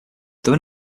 there